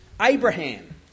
Abraham